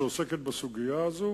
שעוסקת בסוגיה הזאת,